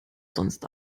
sonst